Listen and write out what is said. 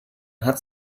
hat